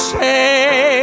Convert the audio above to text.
say